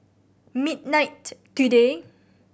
midnight today